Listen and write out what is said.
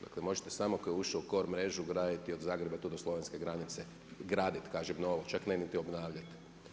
Dakle, možete samo ako je ušao u kor mrežu graditi od Zagreba tu do slovenske granice gradit kažem novo, čak ne niti obnavljati.